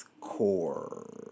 core